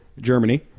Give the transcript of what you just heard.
Germany